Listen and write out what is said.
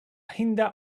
hinda